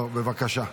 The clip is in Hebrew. בבקשה,